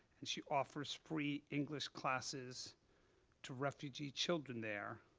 and she offers free english classes to refugee children there.